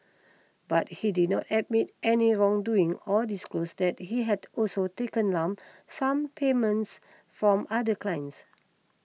but he did not admit any wrongdoing or disclose that he had also taken lump sum payments from other clients